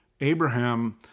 Abraham